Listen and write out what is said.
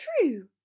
true